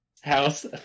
House